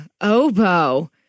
oboe